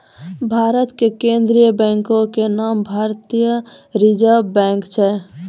भारत के केन्द्रीय बैंको के नाम भारतीय रिजर्व बैंक छै